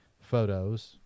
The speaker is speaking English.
photos